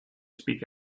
speak